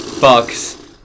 Bucks